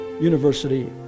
University